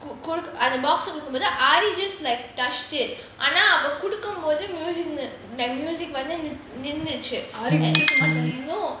அது:athu box குடுக்கும் போது:kudukum pothu aari just like touched it அவ குடுக்கும்போது:ava kudukumpothu music like music வந்து நிண்ணுச்சு:vanthu ninnuchu no